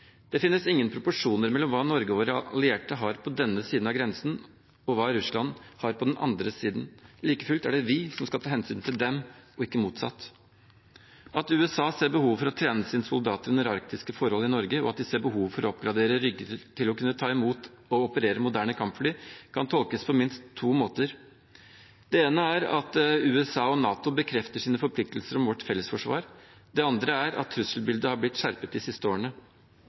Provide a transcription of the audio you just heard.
Det finnes ingen proporsjoner mellom hva Norge og våre allierte har på denne siden av grensen, og hva Russland har på den andre siden. Like fullt er det vi som skal ta hensyn til dem, ikke motsatt. At USA ser behovet for å trene sine soldater under arktiske forhold i Norge, og at de ser behovet for å oppgradere Rygge til å kunne ta imot og operere moderne kampfly, kan tolkes på minst to måter. Den ene er at USA og NATO bekrefter sine forpliktelser til vårt fellesforsvar, den andre er at trusselbildet har blitt skjerpet de siste årene.